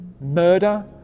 murder